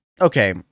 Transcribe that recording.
Okay